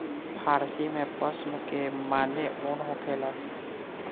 फ़ारसी में पश्म के माने ऊन होखेला